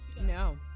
no